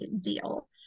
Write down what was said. deal